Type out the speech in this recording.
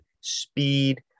Speed